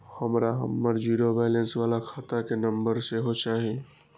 हमरा हमर zero balance बाला खाता के नम्बर सेहो चाही